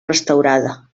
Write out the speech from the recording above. restaurada